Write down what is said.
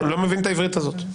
לא מבין את העברית הזאת.